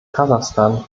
kasachstan